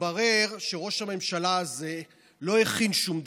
והתברר שראש הממשלה הזה לא הכין שום דבר.